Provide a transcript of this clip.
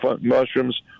mushrooms